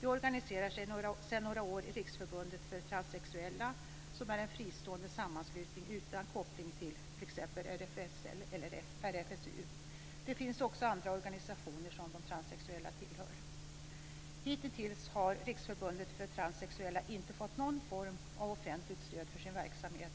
De organiserar sig sedan några år i Riksförbundet för transsexuella, som är en fristående sammanslutning utan koppling till t.ex. RFSL eller RFSU. Det finns också andra organisationer som de transsexuella tillhör. Hitintills har Riksförbundet för transsexuella inte fått någon form av offentligt stöd för sin verksamhet,